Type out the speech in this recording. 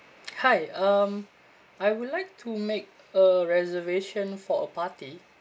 hi um I would like to make a reservation for a party